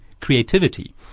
creativity